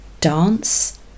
dance